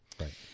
Right